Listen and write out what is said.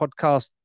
podcast